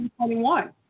2021